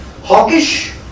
hawkish